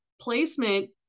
placement